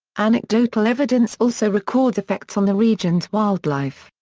anecdotal evidence also records effects on the region's wildlife.